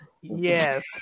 Yes